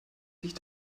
sich